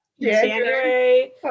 January